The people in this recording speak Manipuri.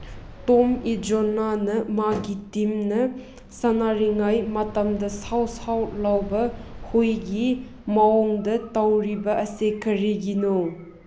ꯇꯣꯝ ꯏꯖꯣꯅꯥ ꯃꯥꯒꯤ ꯇꯤꯝꯅ ꯁꯥꯟꯅꯔꯤꯉꯩ ꯃꯇꯝꯗ ꯁꯧ ꯁꯧ ꯂꯥꯎꯕ ꯍꯨꯏꯒꯤ ꯃꯑꯣꯡꯗ ꯇꯧꯔꯤꯕ ꯑꯁꯤ ꯀꯔꯤꯒꯤꯅꯣ